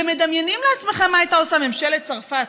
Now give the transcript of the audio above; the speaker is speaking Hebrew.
אתם מדמיינים לעצמכם מה הייתה עושה ממשלת צרפת,